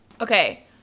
Okay